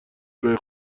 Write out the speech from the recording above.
جای